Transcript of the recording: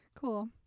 cool